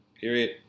Period